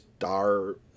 Star